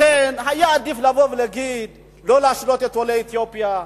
לכן היה עדיף שלא להשלות את עולי אתיופיה,